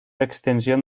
extensión